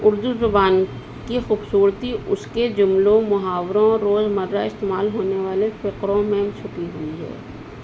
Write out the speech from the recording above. اردو زبان کی خوبصورتی اس کے جملوں محاوروں روز مرہ استعمال ہونے والے فکروں میں چھکٹی ہوئی ہے